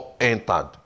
entered